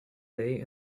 day